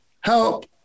help